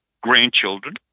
grandchildren